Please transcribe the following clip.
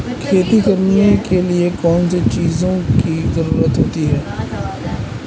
खेती करने के लिए कौनसी चीज़ों की ज़रूरत होती हैं?